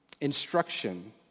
instruction